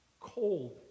cold